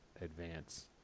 advance